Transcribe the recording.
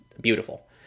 beautiful